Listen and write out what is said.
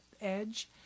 edge